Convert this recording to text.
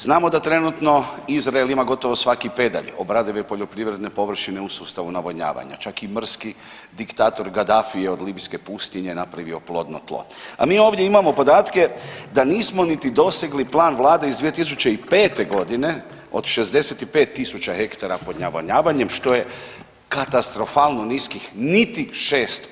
Znamo da trenutno Izrael ima gotovo svaki pedalj obradive poljoprivredne površine u sustavu navodnjavanja, čak i mrski diktator Gadafi je od libijske pustinje napravio plodno tlo, a mi ovdje imamo podatke da nismo niti dosegli plan vlade iz 2005.g. od 65.000 hektara pod navodnjavanjem, što je katastrofalno niskih niti 6%